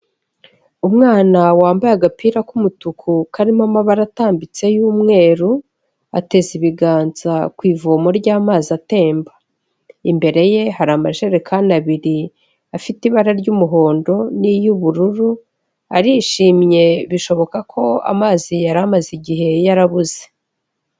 Umwana wambaye agapira k'umutuku karimo amabara atambitse y'umweru, ateze ibiganza ku ivomo ry'amazi atemba, imbere ye hari amajerekani abiri afite ibara ry'umuhondo n'iy'ubururu arishimye bishoboka ko amazi yari amaze igihe yarabuze.